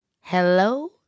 Hello